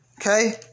Okay